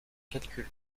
calcul